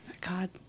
God